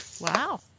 Wow